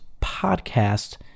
podcast